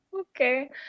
Okay